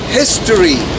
history